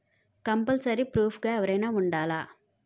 Compulsory proof గా ఎవరైనా ఉండాలా?